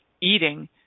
eating